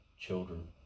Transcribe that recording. children